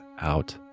out